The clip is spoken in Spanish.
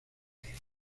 gente